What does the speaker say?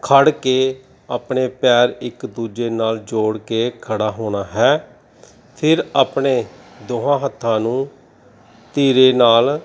ਖੜ੍ਹ ਕੇ ਆਪਣੇ ਪੈਰ ਇੱਕ ਦੂਜੇ ਨਾਲ ਜੋੜ ਕੇ ਖੜ੍ਹਾ ਹੋਣਾ ਹੈ ਫਿਰ ਆਪਣੇ ਦੋਹਾਂ ਹੱਥਾਂ ਨੂੰ ਧੀਰੇ ਨਾਲ